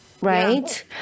Right